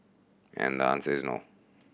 and the answer is no